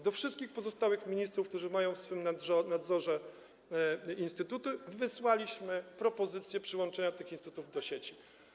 Do wszystkich pozostałych ministrów, którzy mają pod swym nadzorem instytuty, wysłaliśmy propozycję przyłączenia tych instytutów do sieci.